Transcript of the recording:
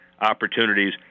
opportunities